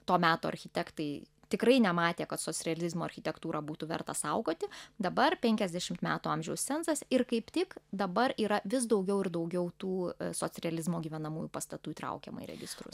to meto architektai tikrai nematė kad socrealizmo architektūrą būtų verta saugoti dabar penkiasdešimt metų amžiaus cenzas ir kaip tik dabar yra vis daugiau ir daugiau tų socrealizmo gyvenamųjų pastatų įtraukiama į registrus